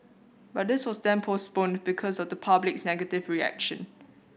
but this was then postponed because of the public's negative reaction